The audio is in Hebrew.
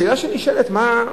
השאלה שנשאלת היא,